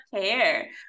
care